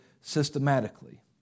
systematically